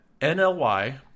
nly